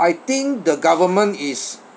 I think the government is